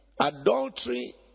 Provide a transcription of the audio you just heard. Adultery